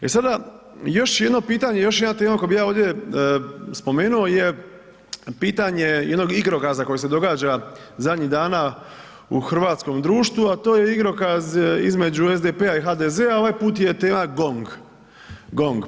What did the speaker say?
E sada, još jedno pitanje i još jedna tema koju bih ja ovdje spomenuo je pitanje jednog igrokaza koji se događa zadnjih dana u hrvatskom društvu a to je igrokaz između SDP-a i HDZ-a, ovaj put je tema GONG, GONG.